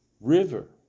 river